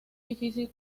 difícil